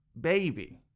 baby